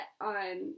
on